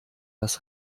das